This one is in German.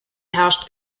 herrscht